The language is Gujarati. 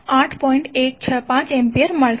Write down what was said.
165 એમ્પીયર મળશે